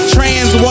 Trans